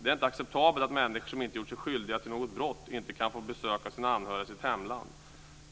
Det är inte acceptabelt att människor som inte gjort sig skyldiga till något brott inte kan få besök av sina anhöriga i sitt hemland.